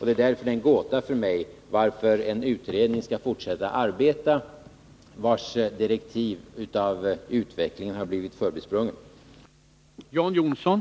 Därför är det en gåta för mig att en utredning skall fortsätta att arbeta, vars direktiv har blivit förbisprungna av utvecklingen.